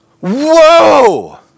Whoa